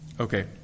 Okay